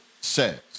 says